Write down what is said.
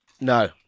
No